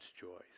choice